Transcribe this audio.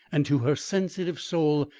and to her sensitive soul,